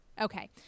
Okay